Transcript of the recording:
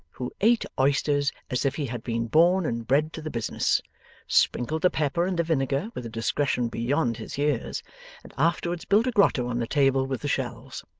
who ate oysters as if he had been born and bred to the business sprinkled the pepper and the vinegar with a discretion beyond his years and afterwards built a grotto on the table with the shells.